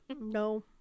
No